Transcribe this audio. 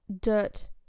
dirt